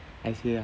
I say ah